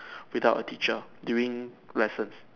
without a teacher during lessons